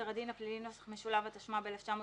הדין הפלילי (נוסח משולב) התשמ"ב-1982,